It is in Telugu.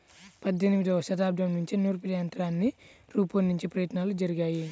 పద్దెనిమదవ శతాబ్దం నుంచే నూర్పిడి యంత్రాన్ని రూపొందించే ప్రయత్నాలు జరిగాయి